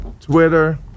Twitter